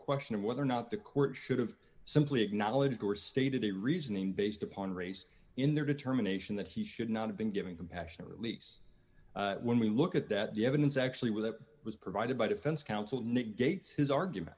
question of whether or not the court should have simply acknowledged or stated the reasoning based upon race in their determination that he should not have been given compassionate release when we look at that the evidence actually was that was provided by defense counsel negates his argument